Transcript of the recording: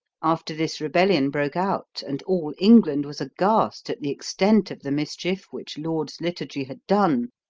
after this rebellion broke out, and all england was aghast at the extent of the mischief which laud's liturgy had done,